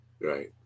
Right